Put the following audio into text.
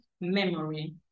memory